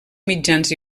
mitjans